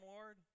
Lord